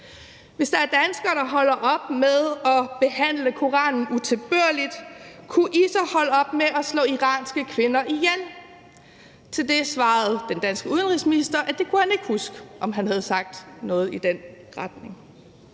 Hvis der er danskere, der holder op med at behandle koranen utilbørligt, kunne I så holde op med at slå iranske kvinder ihjel? Til det svarede den danske udenrigsminister, at han ikke kunne huske, om han havde sagt noget i den retning.